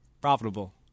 profitable